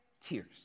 tears